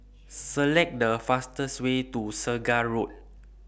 Select The fastest Way to Segar Road